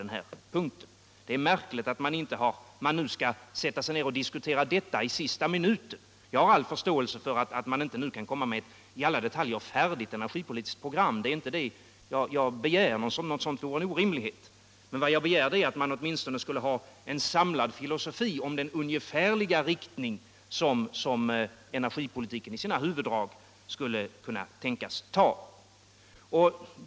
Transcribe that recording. Det Om regeringens linje i kärnkrafts frågan Om regeringens linje i kärnkraftsfrågan är märkligt att man nu skall sätta sig ned och diskutera detta i sista minuten. Jag har all förståelse för att man inte nu kan komma med ett i alla detaljer färdigt energipolitiskt program. Det är inte det jag begär — något sådant vore en orimlighet. Men vad jag begär är att man åtminstone skulle ha en samlad filosofi om den ungefärliga riktning som energipolitiken i sina huvuddrag skulle kunna tänkas ha.